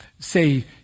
say